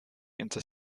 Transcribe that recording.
into